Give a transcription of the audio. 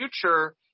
future